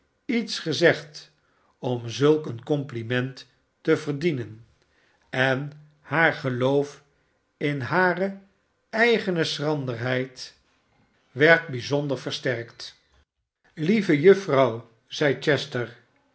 iets gezegd om zulk een compliment te verdienen en haar geloof in hare eigene schranderheid werd bijzonder versterkt lieve juffrouw zeide chester